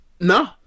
No